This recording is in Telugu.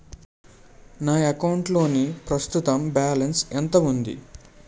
నా అకౌంట్ లోని ప్రస్తుతం బాలన్స్ ఎంత ఉంది?